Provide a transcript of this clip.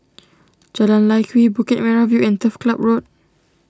Jalan Lye Kwee Bukit Merah View and Turf Club Road